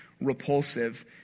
repulsive